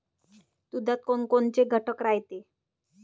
दुधात कोनकोनचे घटक रायते?